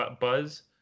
buzz